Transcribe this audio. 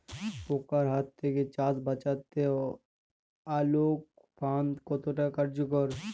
পোকার হাত থেকে চাষ বাচাতে আলোক ফাঁদ কতটা কার্যকর?